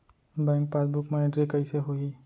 Bank passbook मा entry कइसे होही?